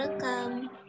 welcome